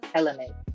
element